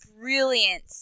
brilliant